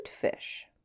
fish